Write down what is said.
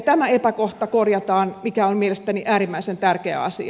tämä epäkohta korjataan mikä on mielestäni äärimmäisen tärkeä asia